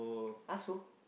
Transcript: ask lor